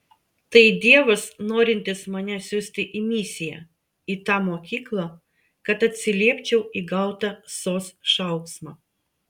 tai dievas norintis mane siųsti į misiją į tą mokyklą kad atsiliepčiau į gautą sos šauksmą